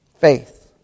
Faith